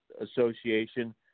Association